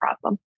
problem